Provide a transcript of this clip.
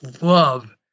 love